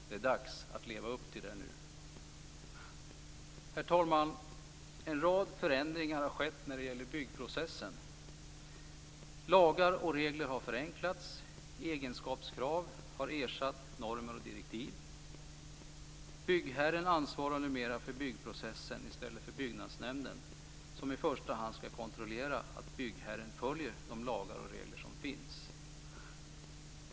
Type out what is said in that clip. Det är dags att leva upp till det nu. Herr talman! En rad förändringar har skett när det gäller byggprocessen. Lagar och regler har förenklats, och egenskapskrav har ersatt normer och direktiv. Byggherren ansvarar numera för byggprocessen i stället för byggnadsnämnden. Denna skall i första hand kontrollera att byggherren följer de lagar och regler som finns.